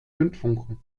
zündfunken